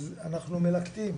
אז אנחנו מלקטים.